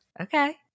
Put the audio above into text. Okay